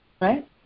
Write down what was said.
Right